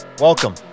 welcome